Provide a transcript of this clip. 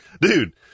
Dude